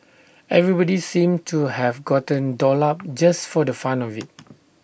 everybody seemed to have gotten dolled up just for the fun of IT